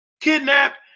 Kidnapped